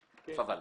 תפאדל,